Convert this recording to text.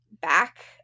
back